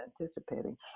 anticipating